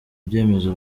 byemezo